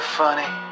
funny